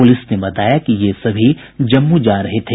police ने बताया कि ये सभी जम्मू जा रहे थे